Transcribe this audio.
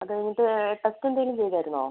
അതു കഴിഞ്ഞിട്ട് ടെസ്റ്റ് എന്തെങ്കിലും ചെയ്തിരുന്നോ